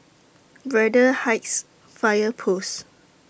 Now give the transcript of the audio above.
Braddell Heights Fire Post